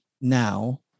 now